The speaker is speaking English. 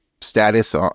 status